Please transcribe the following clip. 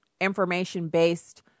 information-based